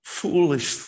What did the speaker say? foolish